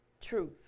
truth